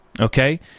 okay